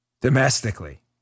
domestically